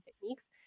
techniques